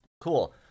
Cool